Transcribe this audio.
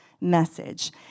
message